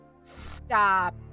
Stop